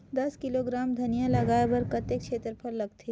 दस किलोग्राम धनिया लगाय बर कतेक क्षेत्रफल लगथे?